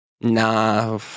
nah